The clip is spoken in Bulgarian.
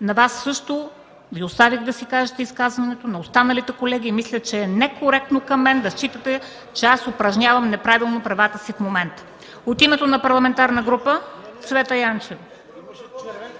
Вас също Ви оставих да се изкажете, на останалите колеги – също. Мисля, че е некоректно към мен да смятате, че упражнявам неправилно правата си в момента. От името на парламентарна група – Цвета Караянчева.